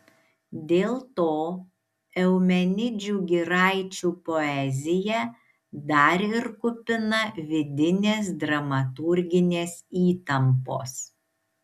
dėl to eumenidžių giraičių poezija dar ir kupina vidinės dramaturginės įtampos